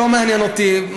לא מעניין אותי,